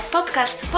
podcast